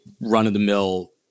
run-of-the-mill